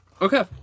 Okay